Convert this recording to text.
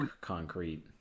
concrete